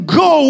go